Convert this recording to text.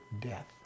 death